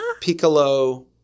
Piccolo